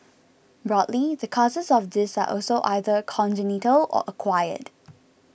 broadly the causes of this are also either congenital or acquired